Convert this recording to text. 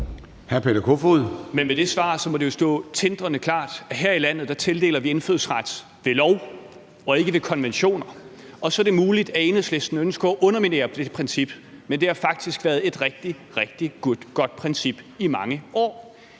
Med det svar må det jo stå tindrende klart, at her i landet tildeler vi indfødsret ved lov og ikke ved konventioner. Og så er det muligt, at Enhedslisten ønsker at underminere dette princip, men det har faktisk været et rigtig, rigtig godt princip i mange år.